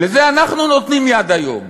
לזה אנחנו נותנים יד היום.